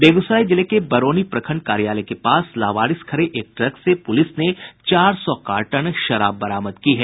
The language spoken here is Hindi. बेगूसराय जिले के बरौनी प्रखंड कार्यालय के पास लावारिस खड़े एक ट्रक से पुलिस ने चार सौ कार्टन शराब बरामद की है